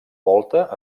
volta